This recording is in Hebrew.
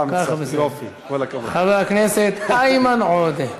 חבר הכנסת איימן עודה.